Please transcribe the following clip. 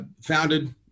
founded